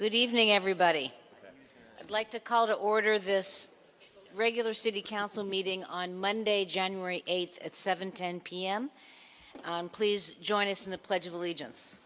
good evening everybody i'd like to call to order this regular city council meeting on monday january eighth at seven ten pm and please join us in the pledge of allegiance